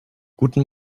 guten